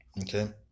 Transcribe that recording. Okay